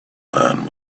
man